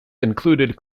included